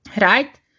Right